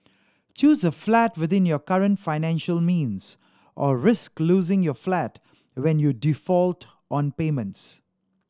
choose a flat within your current financial means or risk losing your flat when you default on payments